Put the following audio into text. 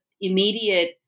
immediate